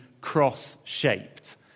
cross-shaped